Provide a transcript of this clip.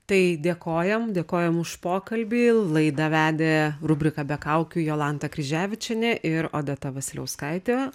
tai dėkojam dėkojam už pokalbį laidą vedė rubriką be kaukių jolanta kryževičienė ir odeta vasiliauskaitė